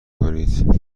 کنید